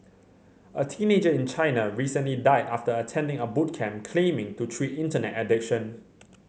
a teenager in China recently died after attending a boot camp claiming to treat Internet addiction